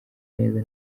neza